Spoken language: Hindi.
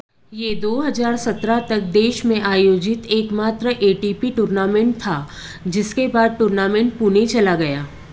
यह दो हज़ार सत्रह तक देश में आयोजित एक मात्र ए टी पी टूर्नामेंट था जिनके बाद टूर्नामेंट पुणे चला गया